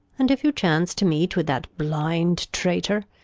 and if you chance to meet with that blind traitor,